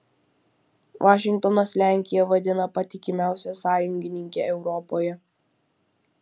vašingtonas lenkiją vadina patikimiausia sąjungininke europoje